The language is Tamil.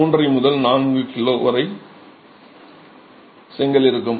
5 முதல் 4 கிலோ வரை செங்கல் இருக்கும்